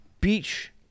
beach